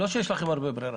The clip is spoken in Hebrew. לא שיש לכם הרבה ברירות.